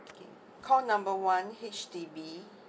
call number one H_D_B